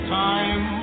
time